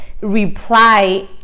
reply